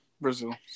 Brazil